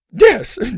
Yes